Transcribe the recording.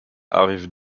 arrivent